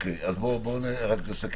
נסכם.